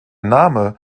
name